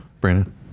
Brandon